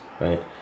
Right